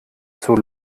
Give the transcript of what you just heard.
zur